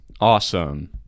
Awesome